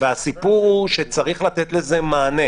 הסיפור הוא שצריך לתת לזה מענה,